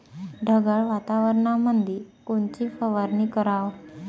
ढगाळ वातावरणामंदी कोनची फवारनी कराव?